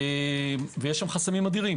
יש שם חסמים אדירים.